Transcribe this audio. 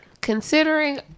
considering